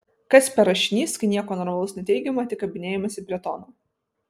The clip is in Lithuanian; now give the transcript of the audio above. kas per rašinys kai nieko normalaus neteigiama tik kabinėjamasi prie tono